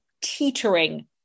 teetering